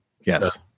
Yes